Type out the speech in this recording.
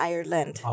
Ireland